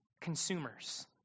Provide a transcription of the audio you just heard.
Consumers